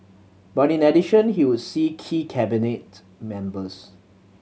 but in addition he would see key Cabinet members